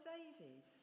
David